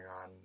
on